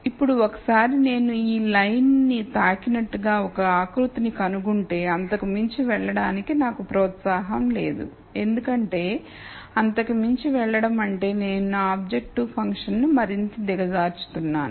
ఇప్పుడు ఒకసారి నేను ఈ లైన్ ను తాకినట్లుగా ఒక ఆకృతిని కనుగొంటే అంతకు మించి వెళ్ళడానికి నాకు ప్రోత్సాహం లేదు ఎందుకంటే అంతకు మించి వెళ్ళడం అంటే నేను నా ఆబ్జెక్టివ్ ఫంక్షన్ను మరింత దిగజార్చుతున్నాను